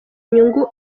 inyungu